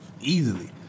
easily